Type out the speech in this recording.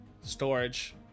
storage